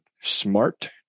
smart